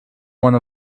one